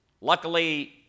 Luckily